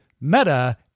Meta